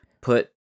put